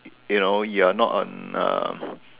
you know you're not on a